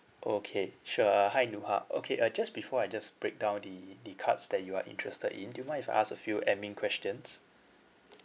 okay sure uh hi nuha okay uh just before I just break down the the cards that you are interested in do you mind if I ask a few admin questions